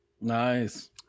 nice